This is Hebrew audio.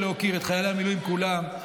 ולהוקיר את חיילי המילואים כולם,